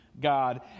God